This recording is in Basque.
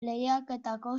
lehiaketako